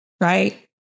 right